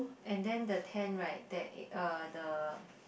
and then the tent right that uh the